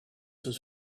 his